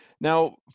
Now